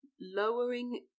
lowering